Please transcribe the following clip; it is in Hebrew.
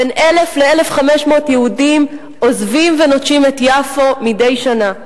בין 1,000 ל-1,500 יהודים עוזבים ונוטשים את יפו מדי שנה.